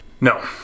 No